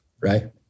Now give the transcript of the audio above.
Right